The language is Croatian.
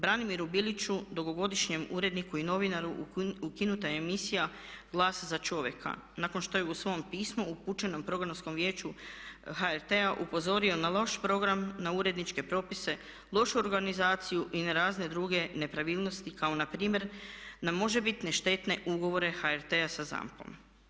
Branimiru Biliću dugogodišnjem uredniku i novinaru ukinuta je emisija "Glas za čovjeka." nakon što je u svom pismu upućenom Programskom vijeću HRT-a upozorio na loš program na uredničke propise, lošu organizaciju i na razne druge nepravilnosti kao npr. na možebitne štetne ugovore HRT-a sa ZAMP-om.